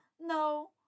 No